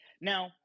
Now